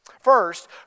First